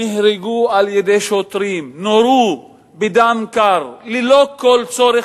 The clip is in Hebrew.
נהרגו על-ידי שוטרים, נורו בדם קר ללא כל צורך,